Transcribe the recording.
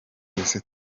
ese